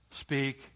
speak